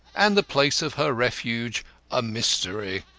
and the place of her refuge a mystery.